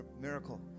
miracle